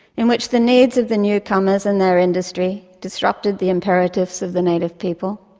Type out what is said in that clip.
in which the needs of the newcomers and their industry disrupted the imperatives of the native people.